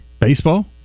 Baseball